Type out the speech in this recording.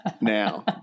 now